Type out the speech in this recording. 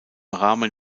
rahmen